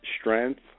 strength